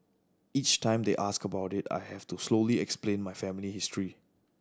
each time they ask about it I have to slowly explain my family history